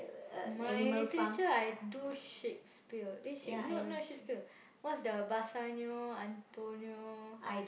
my literature I do Shakespeare eh Shake not not Shakespeare what's the Bassanio Antonio